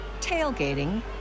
tailgating